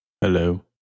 hello